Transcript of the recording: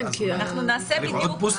ואז אולי צריך עוד בוסטר?